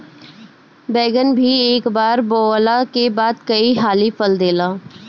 बैगन भी एक बार बोअला के बाद कई हाली फल देला